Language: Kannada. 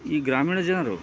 ಈ ಗ್ರಾಮೀಣ ಜನರು